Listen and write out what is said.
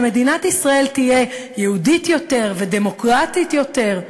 שמדינת ישראל תהיה יהודית יותר ודמוקרטית יותר,